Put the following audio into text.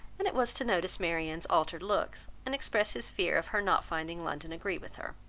and it was to notice marianne's altered looks, and express his fear of her not finding london agree with her.